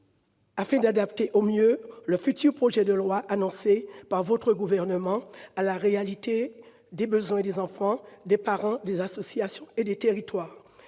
afin d'adapter au mieux le projet de loi annoncé par votre gouvernement à la réalité des besoins des enfants, des parents, des associations et des territoires.